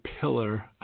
pillar